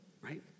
right